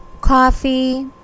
coffee